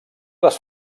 les